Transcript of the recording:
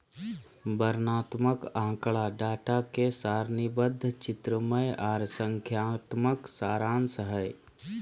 वर्णनात्मक आँकड़ा डाटा के सारणीबद्ध, चित्रमय आर संख्यात्मक सारांश हय